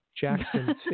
Jackson